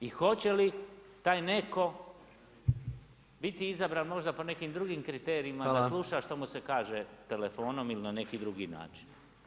I hoće li taj netko biti izabran možda po nekim drugim kriterijima da sluša što mu se kaže telefonom ili na neki drugi način.